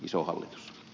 isoa